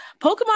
Pokemon